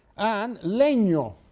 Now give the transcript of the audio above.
and leno,